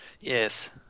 Yes